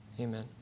Amen